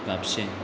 म्हापशें